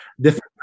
different